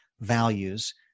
values